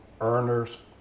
earners